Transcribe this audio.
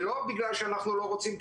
ולא בגלל שאנחנו לא רוצים,